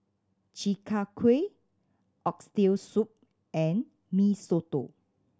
Chi Kak Kuih Oxtail Soup and Mee Soto